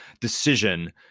decision